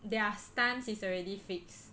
their stance is already fixed